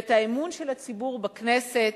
והאמון של הציבור בכנסת,